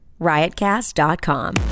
Riotcast.com